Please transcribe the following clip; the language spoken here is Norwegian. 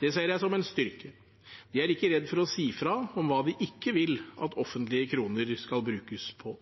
Det ser jeg som en styrke. De er ikke redd for å si fra om hva de ikke vil at offentlige kroner skal brukes på.